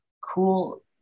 cool